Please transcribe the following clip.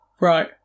Right